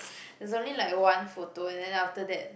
is only like one photo and then after that